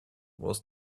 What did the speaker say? was